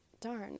Darn